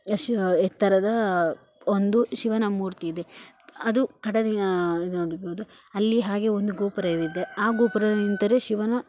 ಯಶ ಎತ್ತರದ ಒಂದು ಶಿವನ ಮೂರ್ತಿ ಇದೆ ಅದು ಕಡಲಿನ ಇದು ನೋಡಬೌದು ಅಲ್ಲಿ ಹಾಗೇ ಒಂದು ಗೋಪುರ ಇದೆ ದ ಆ ಗೋಪುರದಲ್ಲಿ ನಿಂತರೆ ಶಿವನ